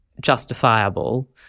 justifiable